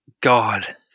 God